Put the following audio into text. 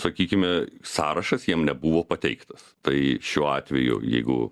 sakykime sąrašas jam nebuvo pateiktas tai šiuo atveju jeigu